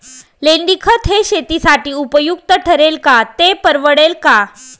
लेंडीखत हे शेतीसाठी उपयुक्त ठरेल का, ते परवडेल का?